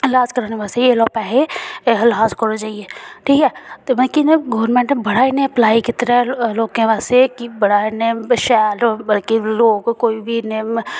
लाज कराने आस्ते एह् लैओ पैहे लाज कराओ जाइये ठीक ऐ ते बाकी इयां गौरमैंट बड़ा इयां एप्लाई कीते दा लोकें वास्ते की बड़ा इयां शैल की लोग कोई बी इन्ने